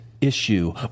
Issue